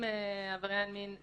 עבריין מין,